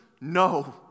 No